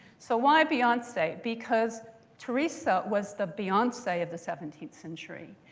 so why beyonce? because teresa was the beyonce of the seventeenth century.